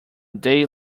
day